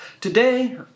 Today